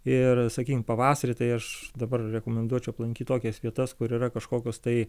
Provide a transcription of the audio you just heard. ir sakykim pavasarį tai aš dabar rekomenduočiau aplankyt tokias vietas kur yra kažkokios tai